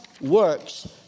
works